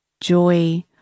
joy